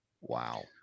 Wow